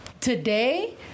today